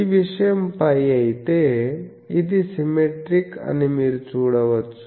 ఈ విషయం π అయితే ఇది సిమెట్రిక్ అని మీరు చూడవచ్చు